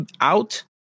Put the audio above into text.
out